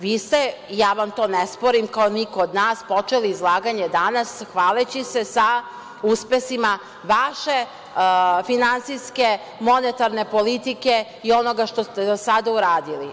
Vi ste, i ja vam to ne sporim, kao niko od nas, počeli izlaganje danas hvaleći se uspesima vaše finansijske monetarne politike i onoga što ste do sada uradili.